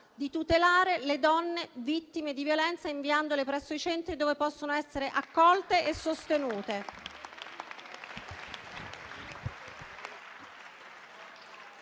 a tutelare le donne vittime di violenza inviandole presso i centri dove possono essere accolte e sostenute.